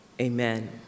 amen